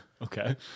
Okay